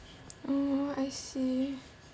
oo I see